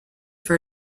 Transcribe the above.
for